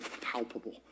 palpable